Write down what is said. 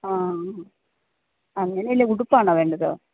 ആ അങ്ങനെ അല്ല ഉടുപ്പാണോ വേണ്ടത്